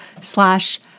slash